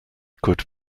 could